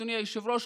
אדוני היושב-ראש,